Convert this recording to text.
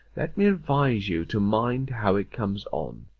let me advise you to mind how it comes on.